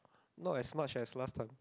not as much as last time